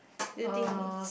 do you think it's